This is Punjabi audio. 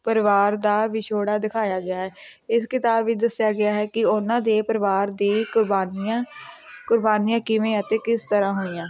ਪਰਿਵਾਰ ਦਾ ਵਿਛੋੜਾ ਦਿਖਾਇਆ ਗਿਆ ਇਸ ਕਿਤਾਬ ਵਿੱਚ ਦੱਸਿਆ ਗਿਆ ਹੈ ਕਿ ਉਹਨਾਂ ਦੇ ਪਰਿਵਾਰ ਦੀ ਕੁਰਬਾਨੀਆਂ ਕੁਰਬਾਨੀਆਂ ਕਿਵੇਂ ਅਤੇ ਕਿਸ ਤਰ੍ਹਾਂ ਹੋਈਆਂ